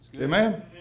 Amen